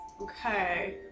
Okay